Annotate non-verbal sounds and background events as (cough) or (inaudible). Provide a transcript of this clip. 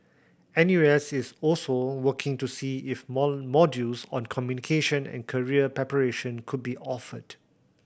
N U S is also working to see if (unintelligible) modules on communication and career preparation could be offered